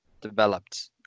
developed